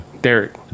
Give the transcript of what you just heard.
Derek